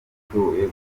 ishoboye